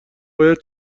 باید